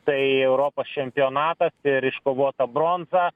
tai europos čempionatas ir iškovota bronza